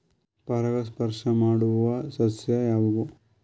ಪರಾಗಸ್ಪರ್ಶ ಮಾಡಾವು ಸಸ್ಯ ಯಾವ್ಯಾವು?